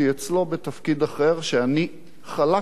ואני חלקתי עליו שאני צריך למלא אותו.